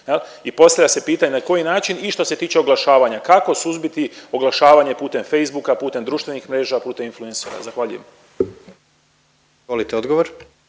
i postavlja se pitanje na koji način i što se tiče oglašavanja. Kako suzbiti oglašavanje putem Facebooka, putem društvenih mreža, putem influencera. Zahvaljujem. **Jandroković,